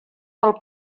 pel